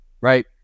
right